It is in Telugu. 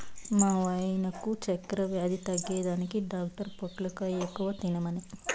మా వాయినకు చక్కెర వ్యాధి తగ్గేదానికి డాక్టర్ పొట్లకాయ ఎక్కువ తినమనె